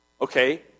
Okay